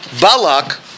Balak